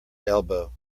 elbow